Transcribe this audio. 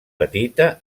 petita